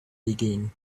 digging